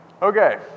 Okay